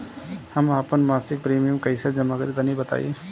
हम आपन मसिक प्रिमियम कइसे जमा करि तनि बताईं?